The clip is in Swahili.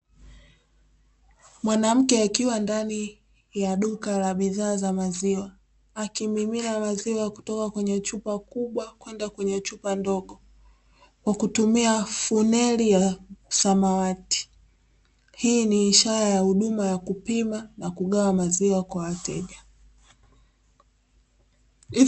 Mwanamke akiwa ndani ya duka la bidhaa za maziwa, akimimina maziwa kutoka kwenye chupa kubwa kwenda kwenye chupa ndogo kwa kutumia funeli ya samawati, hii ni ishara ya kupima na kugawa maziwa kwa wateja.